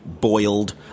boiled